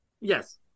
Yes